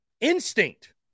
instinct